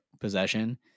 possession